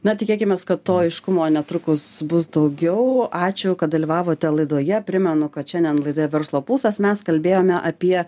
na tikėkimės kad to aiškumo netrukus bus daugiau ačiū kad dalyvavote laidoje primenu kad šiandien laidoje verslo pulsas mes kalbėjome apie